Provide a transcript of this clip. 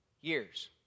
years